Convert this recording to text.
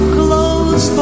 close